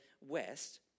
west